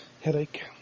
headache